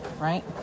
Right